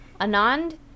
Anand